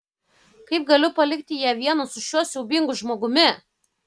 kaip galiu palikti ją vieną su šiuo siaubingu žmogumi